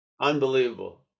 Unbelievable